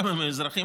גם אם הם חרדים,